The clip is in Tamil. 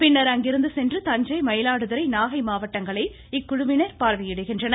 பின்னர் அங்கிருந்து சென்று தஞ்சை மயிலாடுதுறை நாகை மாவட்டங்களை இக்குழுவினர் பார்வையிடுகின்றனர்